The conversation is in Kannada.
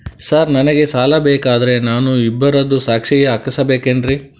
ಸರ್ ನನಗೆ ಸಾಲ ಬೇಕಂದ್ರೆ ನಾನು ಇಬ್ಬರದು ಸಾಕ್ಷಿ ಹಾಕಸಬೇಕೇನ್ರಿ?